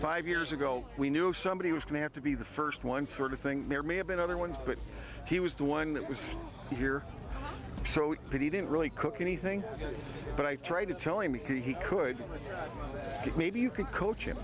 five years ago we knew somebody was to have to be the first one sort of thing there may have been other ones but he was the one that was here so he didn't really cook anything but i try to tell him he could get maybe you could coach